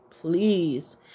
please